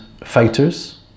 fighters